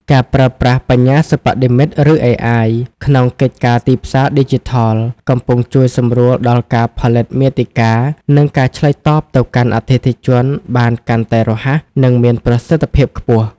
ការប្រើប្រាស់បញ្ញាសិប្បនិម្មិត (ឬ AI) ក្នុងកិច្ចការទីផ្សារឌីជីថលកំពុងជួយសម្រួលដល់ការផលិតមាតិកា និងការឆ្លើយតបទៅកាន់អតិថិជនបានកាន់តែរហ័ស និងមានប្រសិទ្ធភាពខ្ពស់។